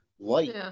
Light